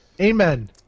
Amen